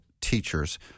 teachers